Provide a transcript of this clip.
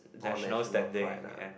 oh national pride lah